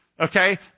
okay